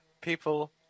People